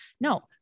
no